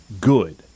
good